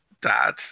dad